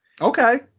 Okay